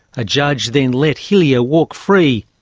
a judge then let hillier walk free,